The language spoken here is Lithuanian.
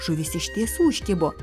žuvis iš tiesų užkibo